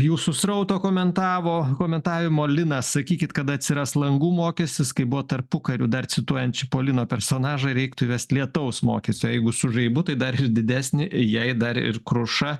jūsų srauto komentavo komentavimo lina sakykit kada atsiras langų mokestis kaip buvo tarpukariu dar cituojant čipolino personažą reiktų įvest lietaus mokestį o jeigu su žaibu tai dar ir didesnį jei dar ir kruša